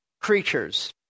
creatures